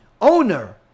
owner